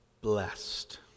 blessed